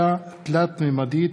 (חלקה תלת-ממדית),